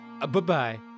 Bye-bye